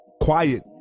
quiet